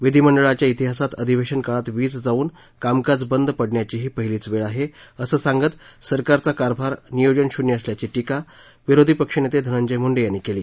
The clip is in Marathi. विधिमंडळाच्या श्तिहासात अधिवेशन काळात वीज जाऊन कामकाज बंद पडण्याची ही पहिलीच वेळ आहे असं सांगत सरकारचा कारभार नियोजनशून्य असल्याची टीका विरोधी पक्षनेते धनंजय मुंडे यांनी केली